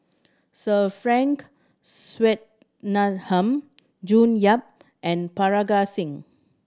Sir Frank Swettenham June Yap and Parga Singh